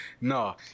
No